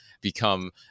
become